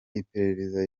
iperereza